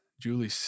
Julie